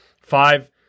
Five